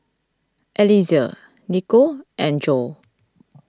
Eliezer Nikko and Jo